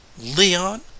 Leon